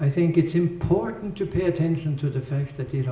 i think it's important to pay attention to the fact that